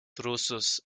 drusus